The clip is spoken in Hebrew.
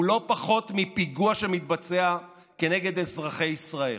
לא פחות מפיגוע שמתבצע כנגד אזרחי ישראל.